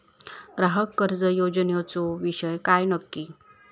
ग्राहक कर्ज योजनेचो विषय काय नक्की?